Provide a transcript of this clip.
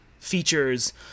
Features